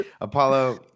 Apollo